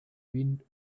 wind